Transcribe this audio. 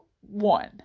one